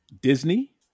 Disney